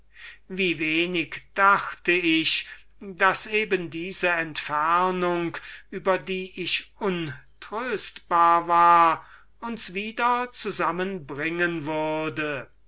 wie wenig dachte ich daß eben diese entfernung über die ich so untröstbar war uns wieder zusammen bringen würde